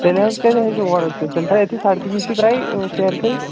تیٚلہِ حظ کَتہِ ہیٚژِ اور أژِتھ تیٚلہِ تھٲے أتۍتھٕے سَڑکہِ نِش ترٛایہِ سَیرِ تیٚلہِ